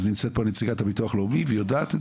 אז נמצאת פה נציגת הביטוח הלאומי והיא יודעת את